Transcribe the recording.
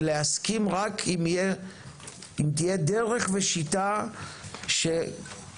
ולהסכים רק אם תהיה דרך ושיטה שמבוססת